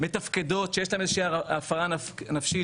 מתפקדות שיש להן איזושהי הפרעה נפשית,